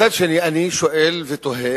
מצד שני אני שואל ותוהה: